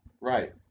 Right